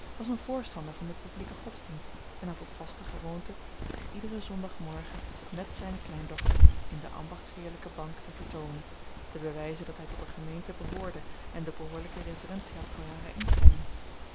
was een voorstander van den publieken godsdienst en had tot vaste gewoonte zich iederen zondagmorgen met zijne kleindochter in de ambachtsheerlijke bank te vertoonen ten bewijze dat hij tot de gemeente behoorde en de behoorlijke reverentie had voor hare instelling